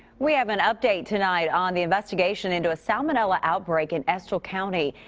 we have an update tonight. on the investigation into a salmonella outbreak in estill county.